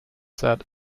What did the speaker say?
said